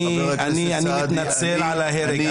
אני מתנצל על ההרג,